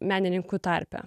menininkų tarpe